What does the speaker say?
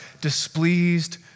displeased